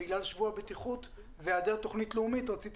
בגלל שבוע הבטיחות והיעדר תוכנית לאומית רציתי